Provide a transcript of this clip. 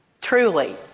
Truly